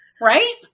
Right